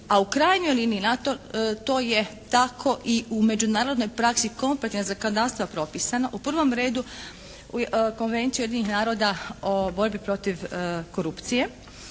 a u krajnjoj liniji na to to je tako i u međunarodnoj praksi …/Govornik se ne razumije./… zakonodavstva propisano u prvom redu Konvencije Ujedinjenih naroda o borbi protiv korupcije